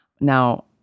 Now